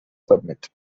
summit